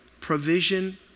provision